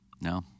No